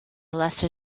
lesser